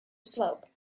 slope